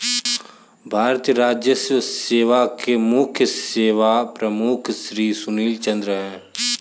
भारतीय राजस्व सेवा के मुख्य सेवा प्रमुख श्री सुशील चंद्र हैं